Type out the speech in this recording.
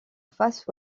face